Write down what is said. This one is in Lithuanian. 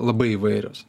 labai įvairios